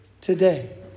today